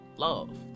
love